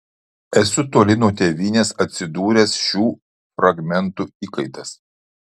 esu toli nuo tėvynės atsidūręs šių fragmentų įkaitas